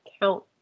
count